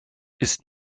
ist